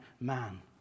man